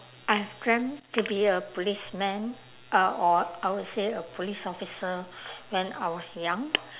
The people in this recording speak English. I have dreamt to be a policemen uh or I would say a police officer when I was young